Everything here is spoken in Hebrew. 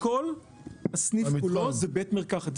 כל הסניף כולו הוא בית מרקחת.